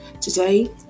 today